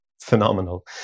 phenomenal